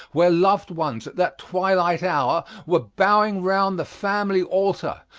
where loved ones at that twilight hour were bowing round the family altar,